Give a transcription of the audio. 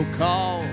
call